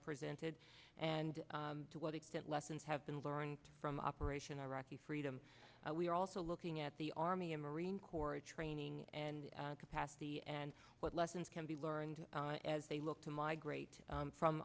presented and to what extent lessons have been learned from operation iraqi freedom we are also looking at the army and marine corps training and capacity and what lessons can be learned as they look to migrate from